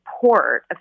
support